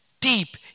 Deep